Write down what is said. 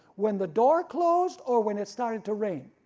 when the door closed or when it started to rain?